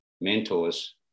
mentors